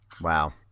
Wow